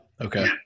Okay